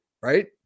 right